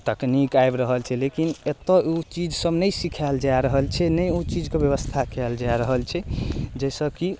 तकनीक आबि रहल छै लेकिन एतऽ ओ चीजसब नहि सिखाएल जा रहल छै नहि ओहि चीजके बेबस्था कएल जा रहल छै जाहिसँ कि